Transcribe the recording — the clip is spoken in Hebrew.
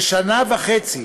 ששנה וחצי